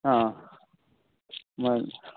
ಹಾಂ ಮ